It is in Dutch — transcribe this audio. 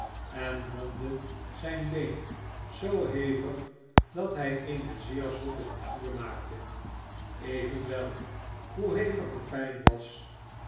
en wondde zijn been zoo hevig dat hij eene zeer zotte figuur maakte evenwel hoe hevig de pijn was